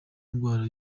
ingwara